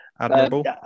admirable